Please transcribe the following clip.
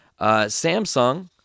Samsung